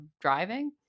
driving